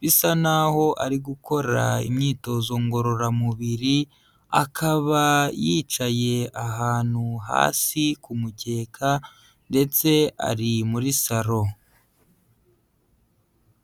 bisa naho ari gukora imyitozo ngororamubiri, akaba yicaye ahantu hasi ku mukeka ndetse ari muri saro.